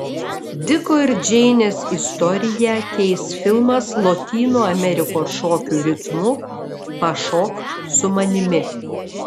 diko ir džeinės istoriją keis filmas lotynų amerikos šokių ritmu pašok su manimi